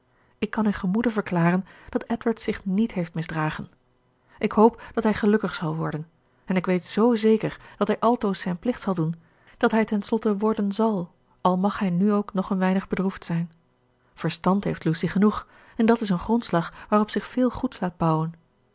ik kan in gemoede verklaren dat edward zich niet heeft misdragen ik hoop dat hij gelukkig zal worden en ik weet z zeker dat hij altoos zijn plicht zal doen dat hij het ten slotte worden zàl al mag hij nu ook nog een weinig bedroefd zijn verstand heeft lucy genoeg en dat is een grondslag waarop zich veel goeds laat bouwen